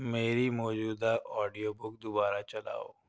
میری موجودہ audio book دوبارہ چلاؤ